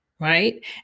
right